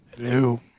Hello